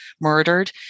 murdered